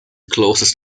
closest